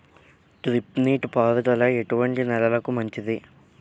Drip నీటి పారుదల ఎటువంటి నెలలకు మంచిది?